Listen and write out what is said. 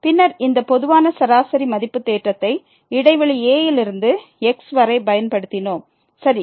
பின்னர் இந்த பொதுவான சராசரி மதிப்பு தேற்றத்தை இடைவெளி a யிலிருந்து x வரை பயன்படுத்தினோம் சரி